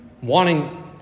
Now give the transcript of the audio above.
Wanting